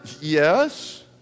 Yes